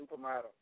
supermodel